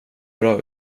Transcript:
bra